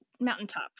mountaintop